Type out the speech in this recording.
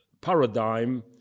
paradigm